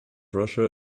russia